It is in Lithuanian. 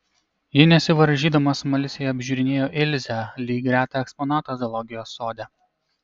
ji nesivaržydama smalsiai apžiūrinėjo ilzę lyg retą eksponatą zoologijos sode